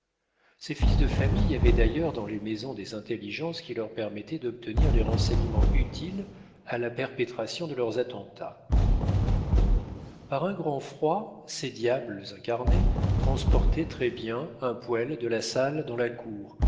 ces fils de famille avaient d'ailleurs dans les maisons des intelligences qui leur permettaient d'obtenir les renseignements utiles à la perpétration de leurs attentats par un grand froid ces diables incarnés transportaient très-bien un poêle de la salle dans la cour